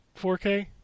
4K